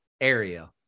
area